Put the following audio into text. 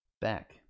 back